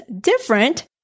different